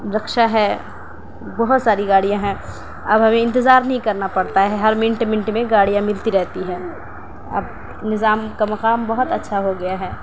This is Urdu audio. رِکشہ ہے بہت ساری گاڑیاں ہیں اب ہمیں انتظار نہیں کرنا پڑتا ہے ہر منٹ منٹ میں گاڑیاں ملتی رہتی ہیں اب نظام کا مقام بہت اچّھا ہو گیا ہے